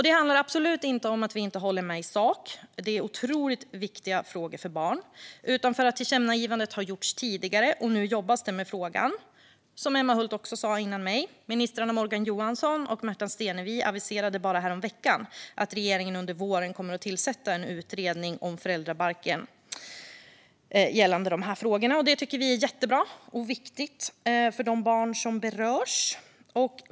Det handlar absolut inte om att vi inte håller med i sak - det här är otroligt viktiga frågor för barn - utan om att tillkännagivandet har gjorts tidigare och att det nu jobbas med frågan. Som Emma Hult sa före mig aviserade ministrarna Morgan Johansson och Märta Stenevi bara häromveckan att regeringen under våren kommer att tillsätta en utredning om föräldrabalken och de här frågorna. Det tycker vi är jättebra och viktigt för de barn som berörs.